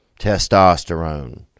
Testosterone